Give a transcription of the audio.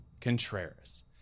Contreras